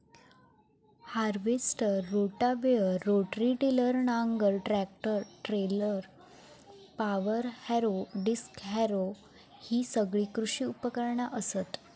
harvester, rotavator, rotary tiller, नांगर, tractor trailer, power harrow, disc harrow हि सगळी कृषी उपकरणा असत